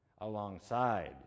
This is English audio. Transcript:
alongside